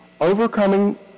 overcoming